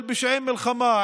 של פשעי מלחמה,